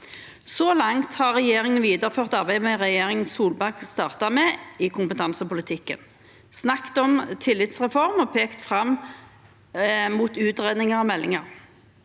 Så langt har regjeringen videreført arbeidet regjeringen Solberg startet med i kompetansepolitikken, snakket om tillitsreform og pekt fram mot utredninger og meldinger.